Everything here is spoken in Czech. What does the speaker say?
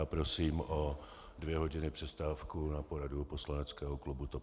Já prosím o dvě hodiny přestávky na poradu poslaneckého klubu TOP 09.